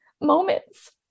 moments